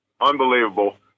unbelievable